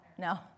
No